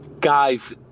Guys